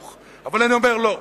אבל אני אומר: לא.